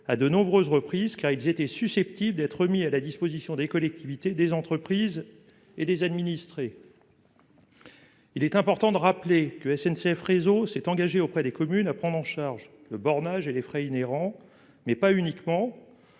à de nombreuses reprises, car ils étaient susceptibles d'être remis à la disposition des collectivités, des entreprises et des administrés. Il est essentiel de rappeler que SNCF Réseau s'est engagé auprès des communes à prendre en charge le bornage et les frais afférents, mais pas uniquement.